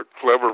clever